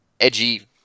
edgy